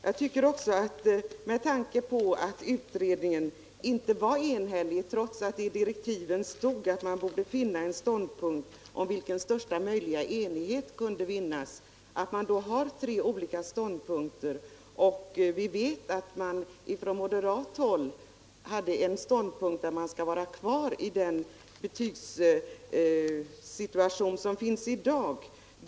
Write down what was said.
Jag tycker också att det — med tanke på att utredningen inte var enhällig trots att det i direktiven stod att den borde finna en ståndpunkt om vilken största möjliga enighet kunde vinnas — borde vara besvärligt att ha tre olika ståndpunkter. Vi vet att man från moderat håll ansåg att man borde behålla den betygssituation som råder i dag.